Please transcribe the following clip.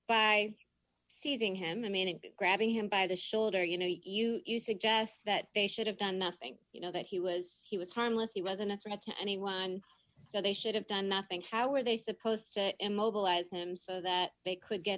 by seizing him a man and grabbing him by the shoulder you know you you suggest that they should have done nothing you know that he was he was harmless he wasn't a threat to anyone so they should have done nothing how were they supposed to immobilize him so that they could get